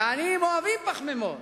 ועניים אוהבים פחמימות,